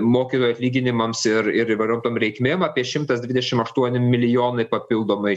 mokytojų atlyginimams ir ir įvairiom tom reikmėm apie šimtas dvidešim aštuoni milijonai papildomai